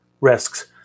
risks